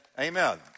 amen